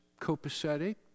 copacetic